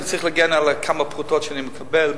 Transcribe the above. אני צריך להגן על כמה פרוטות שאני מקבל,